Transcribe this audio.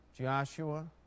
Joshua